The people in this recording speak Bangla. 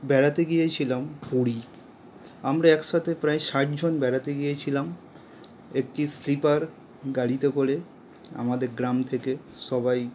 বেড়াতে গিয়েছিলাম পুরী আমরা একসাথে প্রায় ষাট জন বেড়াতে গিয়েছিলাম একটি স্লিপার গাড়িতে করে আমাদের গ্রাম থেকে সবাই